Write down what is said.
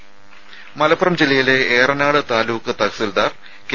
രുമ മലപ്പുറം ജില്ലയിലെ ഏറനാട് താലൂക്ക് തഹസിൽദാർ കെ